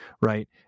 right